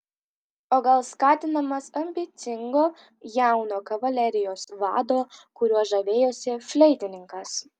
o gal skatinamas ambicingo jauno kavalerijos vado kuriuo žavėjosi fleitininkas